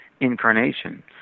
incarnation